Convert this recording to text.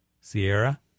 Sierra